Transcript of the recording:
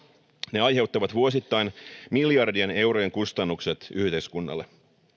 ne aiheuttavat vuosittain miljardien eurojen kustannukset yhteiskunnalle